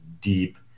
deep